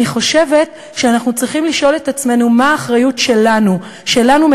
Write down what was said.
אני חושבת שאנחנו צריכים לשאול את עצמנו מה האחריות שלנו שלנו,